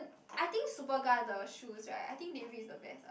I think Superga the shows right i think they really the best uh